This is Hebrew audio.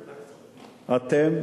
אתם,